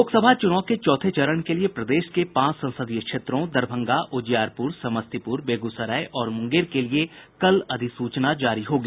लोकसभा चूनाव के चौथे चरण के लिये प्रदेश के पांच संसदीय क्षेत्रों दरभंगा उजियारपुर समस्तीपुर बेगूसराय और मुंगेर के लिये कल अधिसूचना जारी होगी